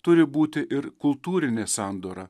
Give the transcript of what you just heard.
turi būti ir kultūrinė sandora